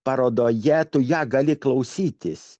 parodoje tu ją gali klausytis